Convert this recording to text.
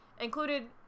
included